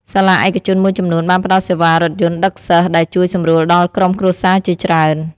សាលាឯកជនមួយចំនួនបានផ្តល់សេវារថយន្តដឹកសិស្សដែលជួយសម្រួលដល់ក្រុមគ្រួសារជាច្រើន។